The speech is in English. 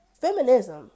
Feminism